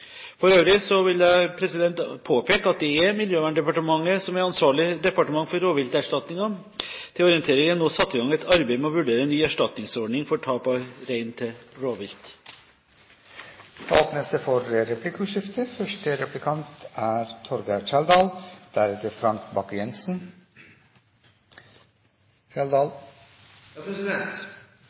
For øvrig vil jeg påpeke at det er Miljøverndepartementet som er ansvarlig departement for rovvilterstatningene. Til orientering er det nå satt i gang et arbeid med å vurdere ny erstatningsordning for tap av rein til rovvilt. Det blir replikkordskifte.